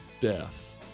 death